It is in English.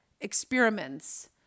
experiments